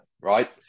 right